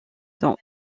dans